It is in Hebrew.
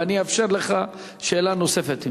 ואני אאפשר לך שאלה נוספת,